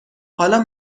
حالا